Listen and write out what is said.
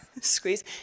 squeeze